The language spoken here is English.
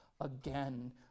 again